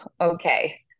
Okay